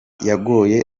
yagoye